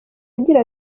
agira